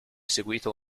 seguito